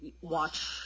watch